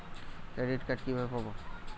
Credit card কিভাবে পাব?